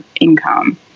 income